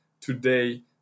today